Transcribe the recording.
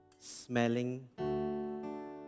smelling